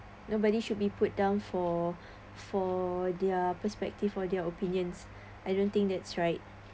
nobody should be put down for for their perspective for their opinions I don't think that's right